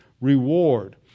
reward